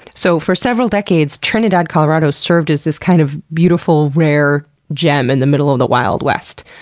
so for several decades, trinidad, colorado served as this kind of beautiful rare gem in the middle of the wild west.